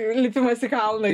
lipimas į kalną